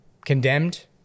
Condemned